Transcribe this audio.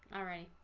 alright,